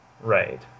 Right